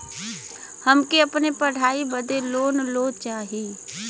हमके अपने पढ़ाई बदे लोन लो चाही?